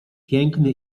piękny